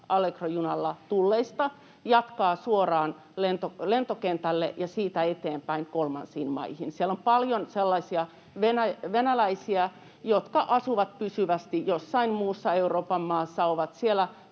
Allegro-junalla tulleista jatkaa suoraan lentokentälle ja siitä eteenpäin kolmansiin maihin. Siellä on paljon sellaisia venäläisiä, jotka asuvat pysyvästi jossain muussa Euroopan maassa.